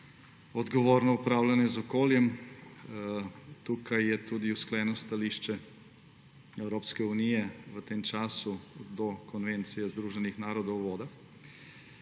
odgovorno upravljanje z okoljem. Tukaj je tudi usklajeno stališče Evropske unije v tem času do Konvencije Združenih narodov o vodah.